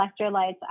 electrolytes